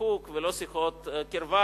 ריחוק ולא שיחות קרבה,